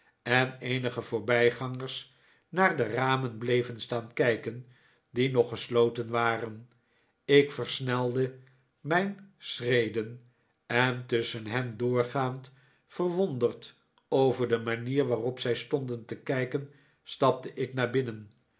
en eenige voorbij gangers naar de ramen bleven staan kijken die nog gesloten waren ik versnelde mijn schreden en tusschen hen doorgaand verwonderd over de manier waarop zij stonden te kijken stapte ik naar binnen